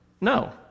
No